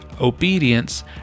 obedience